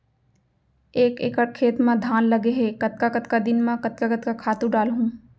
एक एकड़ खेत म धान लगे हे कतका कतका दिन म कतका कतका खातू डालहुँ?